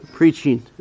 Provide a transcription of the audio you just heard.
preaching